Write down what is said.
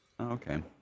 Okay